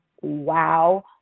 Wow